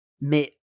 mais